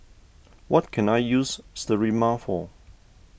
what can I use Sterimar for